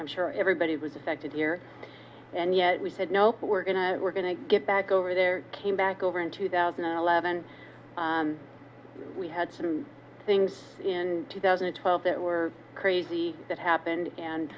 i'm sure everybody was affected here and yet we said nope we're going to we're going to get back over there came back over in two thousand and eleven we had some things in two thousand and twelve that were crazy that happened and